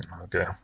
okay